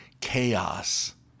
chaos